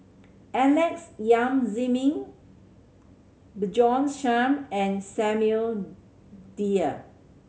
Alex Yam Ziming Bjorn Shen and Samuel Dyer